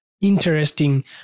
interesting